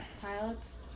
pilots